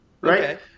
right